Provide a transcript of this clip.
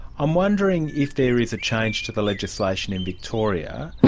i'm wondering if there is a change to the legislation in victoria,